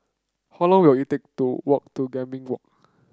how long will it take to walk to Gambir Walk